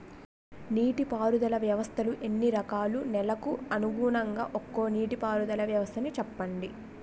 నీటి పారుదల వ్యవస్థలు ఎన్ని రకాలు? నెలకు అనుగుణంగా ఒక్కో నీటిపారుదల వ్వస్థ నీ చెప్పండి?